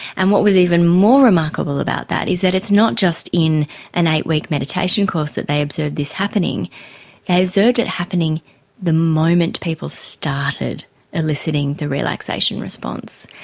and what was even more remarkable about that is that it's not just in an eight-week meditation course that they observed this happening, they observed it happening the moment people started eliciting the relaxation response.